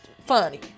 funny